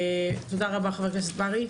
תודה רבה חבר הכנסת מרעי.